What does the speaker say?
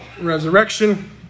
resurrection